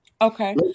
Okay